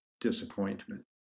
disappointment